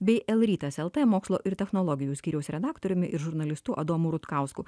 bei el rytas el t mokslo ir technologijų skyriaus redaktoriumi ir žurnalistu adomu rutkausku